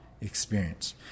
experience